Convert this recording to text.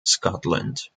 scotland